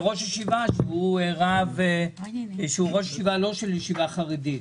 וראש ישיבה - לא של ישיבה חרדית,